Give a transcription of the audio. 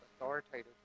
authoritative